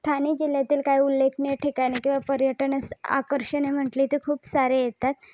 ठाणे जिल्ह्यातील काही उल्लेखनीय ठिकाणे किंवा पर्यटन आकर्षणे म्हटले तर खूप सारे येतात